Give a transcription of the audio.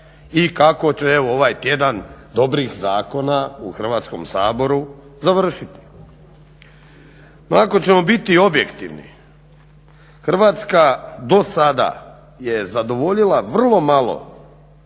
i kako će ovaj tjedan evo dobrih zakona u Hrvatskom saboru završiti. Ako ćemo biti objektivni Hrvatska do sada je zadovoljila vrlo malo